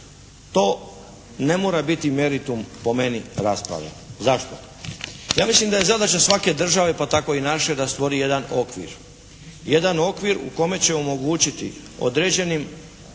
To ne mora biti meritum po meni rasprave. Zašto? Ja mislim da je zadaća svake države pa tako i naše da stvori jedan okvir, jedan okvir u kome će omogućiti određenim